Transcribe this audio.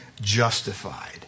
justified